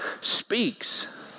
speaks